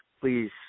please